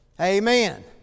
Amen